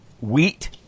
wheat